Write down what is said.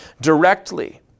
directly